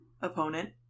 opponent